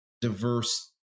diverse